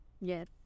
yes